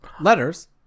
Letters